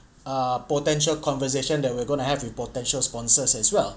err potential conversation that we're going to have with potential sponsors as well